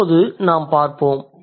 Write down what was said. இப்போது நாம் பார்ப்போம்